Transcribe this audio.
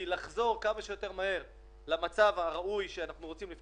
לחזור כמה שיותר מהר למצב הראוי שאנחנו רוצים,